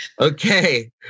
okay